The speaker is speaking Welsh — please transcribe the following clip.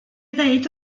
ddeud